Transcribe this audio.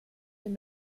dem